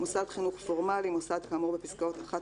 "מוסד חינוך פורמלי" מוסד כאמור בפסקה (1)